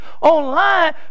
online